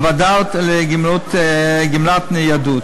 הוועדות לגמלת ניידות.